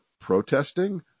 protesting